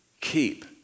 keep